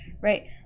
right